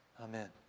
Amen